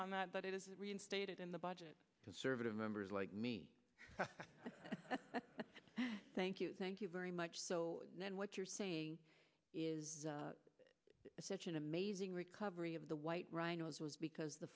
on that but it is reinstated in the budget service members like me thank you thank you very much so then what you're saying is such an amazing recovery of the white rhino because the